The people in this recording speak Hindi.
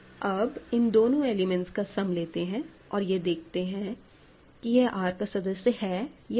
अब इन दोनों एलिमेंट्स का सम लेते है और यह देखते हैं कि यह R का सदस्य है या नहीं